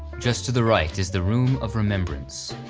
just to the right is the room of remembrance.